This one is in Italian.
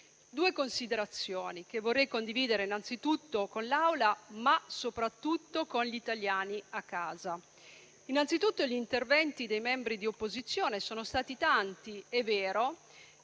Due considerazioni vorrei condividere innanzitutto con l'Aula, ma soprattutto con gli italiani a casa. Innanzitutto gli interventi dei membri di opposizione sono stati tanti, è vero,